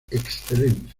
excelencia